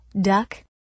Duck